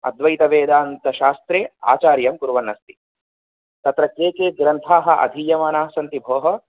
अद्वैतवेदान्तशास्त्रे आचार्यं कुर्वन्नस्ति तत्र के के ग्रन्थाः अधीयमानास्सन्ति भोः